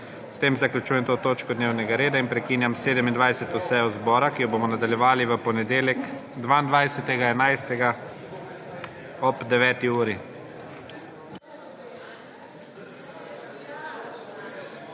S tem zaključujem to točko dnevnega reda in prekinjam 27. sejo zbora, ki jo bomo nadaljevali v ponedeljek, 22. 11. 2021,